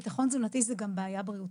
ביטחון תזונתי זה גם בעיה בריאותית,